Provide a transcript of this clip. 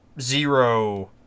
Zero